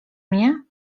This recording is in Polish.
mnie